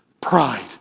Pride